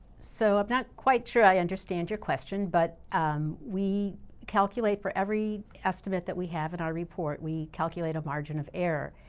so i'm not quite sure i understand your question but um we calculate for every estimate we have in our report. we calculate a margin of error.